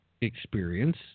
experience